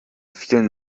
vielen